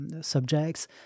subjects